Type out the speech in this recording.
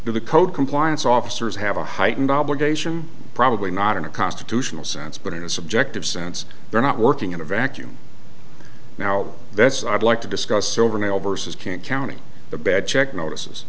the code compliance officers have a heightened obligation probably not in a constitutional sense but in a subjective sense they're not working in a vacuum now that's i'd like to discuss over male versus can't counting the bad check notices